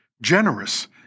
generous